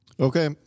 Okay